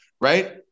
right